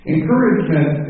Encouragement